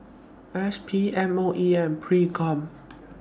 S P M O E and PROCOM